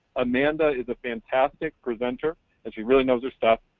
amanda is a fantastic presenter and she really knows her stuff.